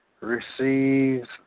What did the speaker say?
receives